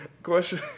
Question